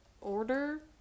order